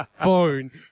phone